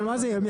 אבל אני